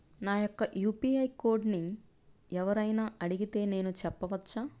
నా యొక్క యూ.పీ.ఐ కోడ్ని ఎవరు అయినా అడిగితే నేను చెప్పవచ్చా?